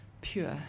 pure